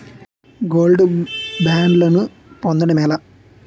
Gold బ్యాండ్లను పొందటం ఎలా?